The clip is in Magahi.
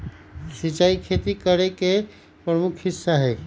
सिंचाई खेती करे के प्रमुख हिस्सा हई